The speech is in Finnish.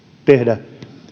tehdä